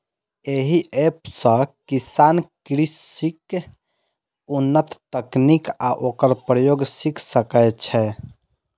एहि एप सं किसान कृषिक उन्नत तकनीक आ ओकर प्रयोग सीख सकै छै